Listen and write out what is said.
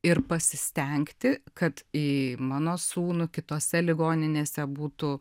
ir pasistengti kad į mano sūnų kitose ligoninėse būtų